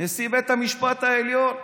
נשיא בית המשפט העליון.